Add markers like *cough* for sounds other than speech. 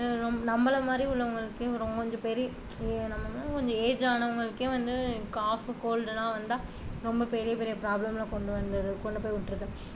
நம்மளை மாதிரி உள்ளவங்களுக்கே *unintelligible* கொஞ்சம் பெரிய ஏஜ் ஆனவங்களுக்கே வந்து காஃப் கோல்ட்லாம் வந்தால் ரொம்ப ரொம்ப பெரிய பெரிய ப்ராப்ளமில் கொண்டு வந்திடுது கொண்டுப்போய் விட்றுது